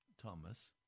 Thomas